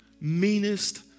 meanest